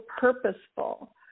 purposeful